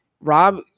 Rob